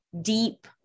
deep